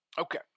Okay